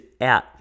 out